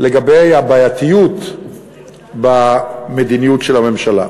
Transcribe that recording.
לגבי הבעייתיות במדיניות של הממשלה.